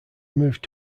moved